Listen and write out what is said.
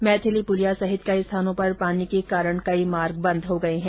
मैथिली पुलिया सहित कई स्थानों पर पानी के कारण कई मार्ग बंद हो गए है